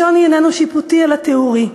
השוני איננו שיפוטי, אלא תיאורי,